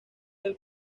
del